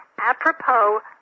apropos